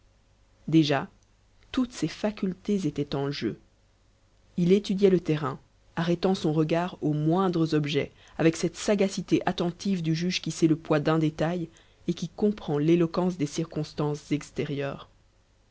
déjà toutes ses facultés étaient en jeu il étudiait le terrain arrêtant son regard aux moindres objets avec cette sagacité attentive du juge qui sait le poids d'un détail et qui comprend l'éloquence des circonstances extérieures